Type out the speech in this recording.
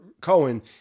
Cohen